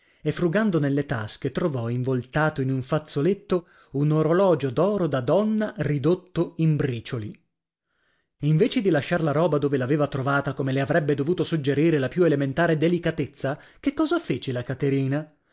e frugando nelle tasche trovò involtato in un fazzoletto un orologio d'oro da donna ridotto in bricioli invece di lasciar la roba dove l'aveva trovata come le avrebbe dovuto suggerire la più elementare delicatezza che cosa fece la caterina